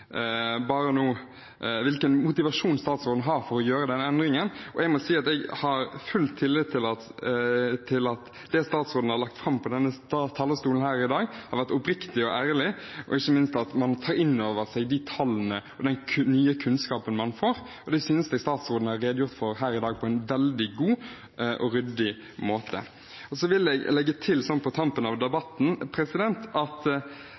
hvilken motivasjon statsråden har for å gjøre denne endringen. Jeg må si at jeg har full tillit til at det statsråden har lagt fram fra denne talerstolen her i dag, har vært oppriktig og ærlig, og ikke minst det at man tar inn over seg de tallene og den nye kunnskapen man får. Det synes jeg statsråden har redegjort for her i dag på en veldig god og ryddig måte. Så vil jeg på tampen av debatten legge til at når vi nå går inn i årets Pride-sesong, er det også viktig å merke seg at